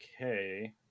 okay